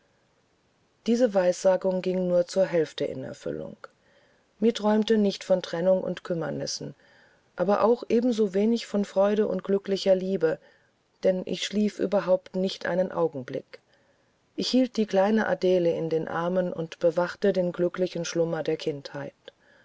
diese weissagung ging nur zur hälfte in erfüllung mir träumte nicht von trennung und kümmernissen aber auch ebensowenig von freude und glücklicher liebe denn ich schlief überhaupt nicht einen augenblick ich hielt die kleine adele in den armen und bewachte den glücklichen schlummer der kindheit